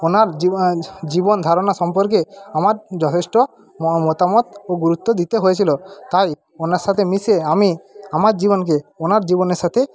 ওনার জীবন জীবনধারণা সম্পর্কে আমার যথেষ্ট মতামত ও গুরুত্ব দিতে হয়েছিল তাই ওনার সাথে মিশে আমি আমার জীবনকে ওনার জীবনের সাথে